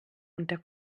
unter